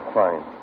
fine